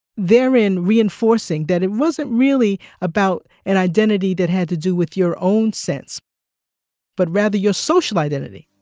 therein reinforcing that it wasn't really about an identity that had to do with your own sense but rather your social identity